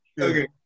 Okay